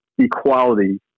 equality